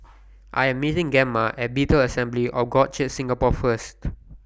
I Am meeting Gemma At Bethel Assembly of God Church Singapore First